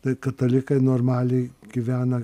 tai katalikai normaliai gyvena